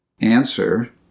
Answer